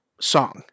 song